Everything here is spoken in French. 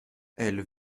elles